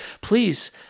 please